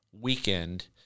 weekend